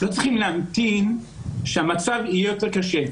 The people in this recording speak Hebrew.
לא צריכים להמתין שהמצב יהיה יותר קשה.